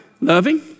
loving